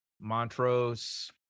Montrose